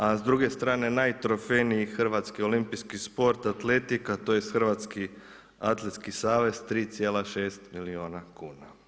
A s druge strane najtrofejniji hrvatski olimpijski sport atletika, tj. Hrvatski atletski savez, 3,6 milijuna kuna.